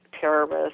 terrorists